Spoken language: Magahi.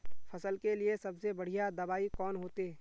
फसल के लिए सबसे बढ़िया दबाइ कौन होते?